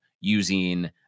using